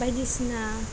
बायदिसिना